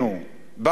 בעל חשיבות,